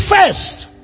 first